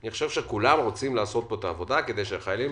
אני חושב שכולם רוצים לעשות פה את העבודה כדי שהחיילים